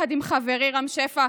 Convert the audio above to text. יחד עם חברי רם שפע,